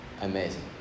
amazing